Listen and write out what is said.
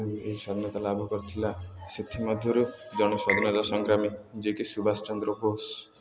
ସ୍ୱାଧିନତା ଲାଭ କରିଥିଲା ସେଥିମଧ୍ୟରୁ ଜଣେ ସ୍ୱାଧିନତା ସଂଗ୍ରାମୀ ଯିଏକି ସୁବାଷ ଚନ୍ଦ୍ର ବୋଷ୍